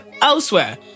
elsewhere